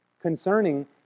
concerning